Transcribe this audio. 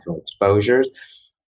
exposures